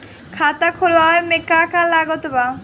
खाता खुलावे मे का का लागत बा?